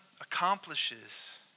accomplishes